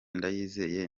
ndayizeye